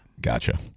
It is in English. Gotcha